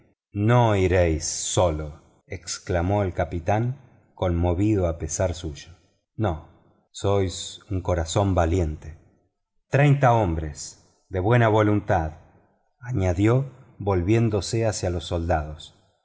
no iréis solo exclamó el capitán conmovido a pesar suyo no sois un corazón valiente treinta hombres de buena voluntad añadió volvíendose hacia los soldados